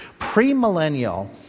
Premillennial